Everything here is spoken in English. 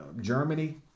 Germany